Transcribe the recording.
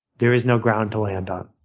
there is no ground to land on.